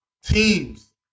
teams